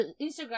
Instagram